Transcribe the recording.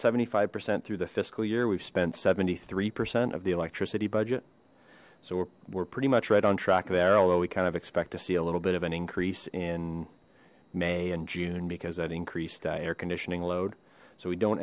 seventy five percent through the fiscal year we've spent seventy three percent of the electricity budget so we're pretty much right on track there although we kind of expect to see a little bit of an increase in may and june because that increased air conditioning load so we don't